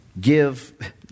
give